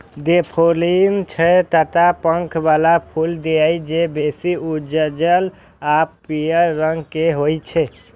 daffodil छह टा पंख बला फूल छियै, जे बेसी उज्जर आ पीयर रंग के होइ छै